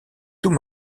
tout